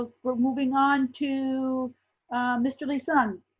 we're moving on to mr. lee-sung,